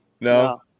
No